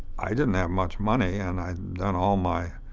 i didn't have much money and i'd done all my